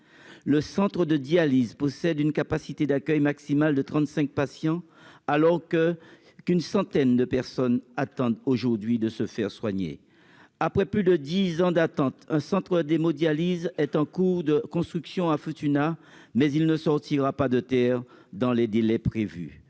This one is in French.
le centre de dialyse possède une capacité d'accueil maximale de 35 patients alors que qu'une centaine de personnes attendent aujourd'hui de se faire soigner après plus de 10 ans d'attente, un centre d'hémodialyse est en cours de construction à Futuna mais il ne sortira pas de terre dans les délais prévus,